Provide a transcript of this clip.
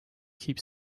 keep